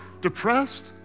depressed